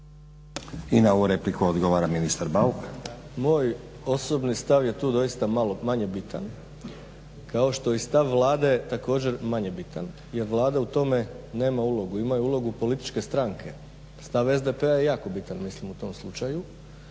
I na ovu repliku odgovara ministra Bauk. **Bauk, Arsen (SDP)** Moj osobni stav je tu doista malo manje biran, kao što i stav Vlade također manje bitan. Jer Vlada u tome nema ulogu, imaju ulogu političke stranke. Stav SDP-a je jako bitan, mislim u tom slučaju